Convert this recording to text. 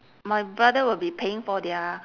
my brother will be paying for their